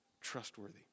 trustworthy